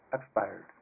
expired